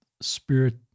spirit